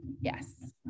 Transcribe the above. Yes